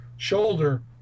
shoulder